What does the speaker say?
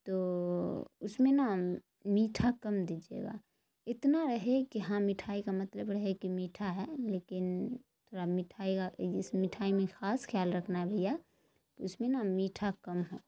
تو اس میں نا میٹھا کم دیجیے گا اتنا رہے کہ ہاں مٹھائی کا مطلب رہے کہ میٹھا ہے لیکن تھوڑا مٹھائی کا جیسے مٹھائی میں خاص خیال رکھنا ہے بھیا اس میں نا میٹھا کم ہو